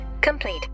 complete